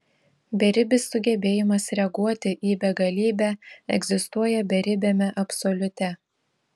beribis sugebėjimas reaguoti į begalybę egzistuoja beribiame absoliute